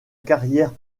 carrière